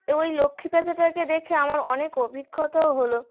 ওই লক্ষ্মী প্যাঁচাটাকে দেখে আমার অনেক অভিজ্ঞতাও হলো